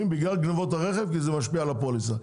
בגלל גניבות הרכב כי זה משפיע על הפוליסה.